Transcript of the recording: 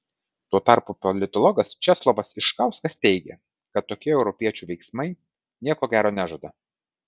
tuo tarpu politologas česlovas iškauskas teigia kad tokie europiečių veiksmai nieko gero nežada